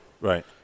Right